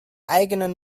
eigenen